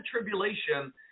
tribulation